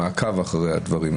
מעקב אחר הדברים,